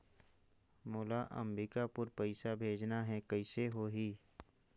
मोला अम्बिकापुर पइसा भेजना है, कइसे होही?